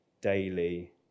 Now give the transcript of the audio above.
daily